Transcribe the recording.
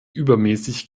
übermäßig